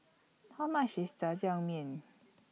How much IS Jajangmyeon